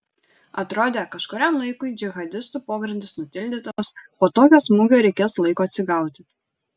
atrodė kažkuriam laikui džihadistų pogrindis nutildytas po tokio smūgio reikės laiko atsigauti